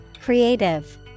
Creative